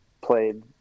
played